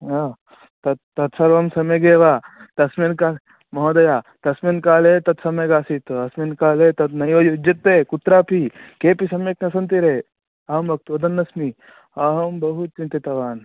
तत् तत्सर्वं सम्यगेव तस्मिन् का महोदय तस्मिन् काले तत्सम्यगासीत् अस्मिन् काले तत् नैव युज्यते कुत्रापि केपि सम्यक् न सन्ति रे अहं वक् वदन्नस्मि अहं बहु चिन्तितवान्